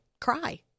cry